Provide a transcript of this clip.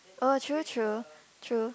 oh true true true